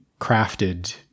crafted